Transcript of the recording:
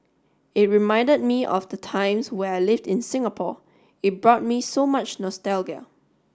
it reminded me of the times where I lived in Singapore it brought me so much nostalgia